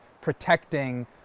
protecting